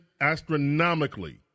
astronomically